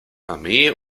armee